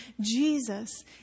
Jesus